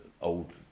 old